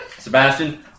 Sebastian